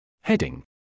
Heading